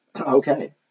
Okay